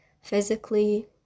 Physically